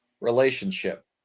relationship